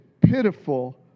pitiful